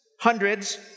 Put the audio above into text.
hundreds